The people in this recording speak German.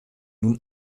nun